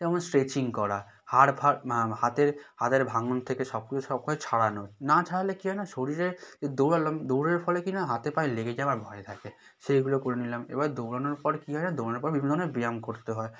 যেমন স্ট্রেচিং করা হাড় ফাড় হাতের হাতের ভাঙন থেকে সবকিছু সবকিছু ছাড়ানো না ছাড়ালে কি হয় যেন শরীরের দৌড়ালাম দৌড়ের ফলে কি না হাতে পায়ে লেগে যাওয়ার ভয় থাকে সেইগুলো করে নিলাম এবার দৌড়ানোর পরে কি হয় যেন দৌড়ানোর পরে বিভিন্ন ধরনের ব্যায়াম করতে হয়